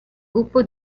gruppo